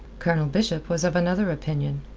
colonel bishop was of another opinion.